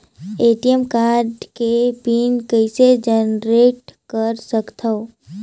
ATM card के PIN कइसे generate कर सकथव?